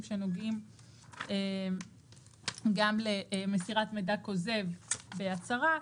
שנוגעים גם למסירת מידע כוזב בהצהרה,